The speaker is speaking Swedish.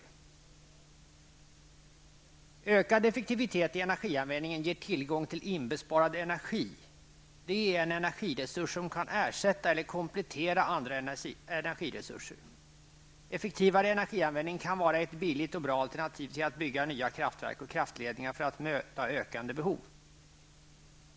I reservation 64 som är fogad till detta betänkande står det: ''Ökad effektivietet i energianvändningen ger tillgång till inbesparad energi, en energiresurs som kan ersätta eller komplettera andra energiresuser. Effektivare energianvändning kan vara ett billigt och bra alternativ till att bygga nya kraftverk och kraftledningar för att möta ökade behov.